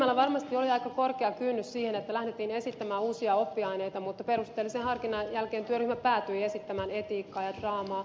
työryhmällä varmasti oli aika korkea kynnys siihen että lähdettiin esittämään uusia oppiaineita mutta perusteellisen harkinnan jälkeen työryhmä päätyi esittämään etiikkaa ja draamaa